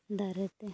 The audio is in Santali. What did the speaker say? ᱫᱟᱨᱮ ᱛᱮ